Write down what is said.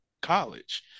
college